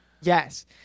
Yes